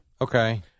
Okay